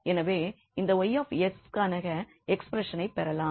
எனவே இந்த 𝑌𝑠க்கான எக்ஸ்பிரஷனை பெறலாம்